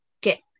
get